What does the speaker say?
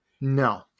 No